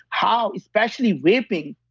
how especially vaping,